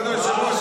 כבוד היושב-ראש,